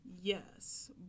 yes